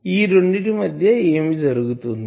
ఈ రెండిటి మధ్య ఏమి జరుగుతుంది